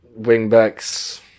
wingbacks